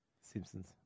Simpsons